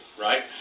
right